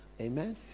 amen